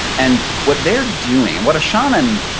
and what they're doing and what a shaman,